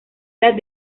las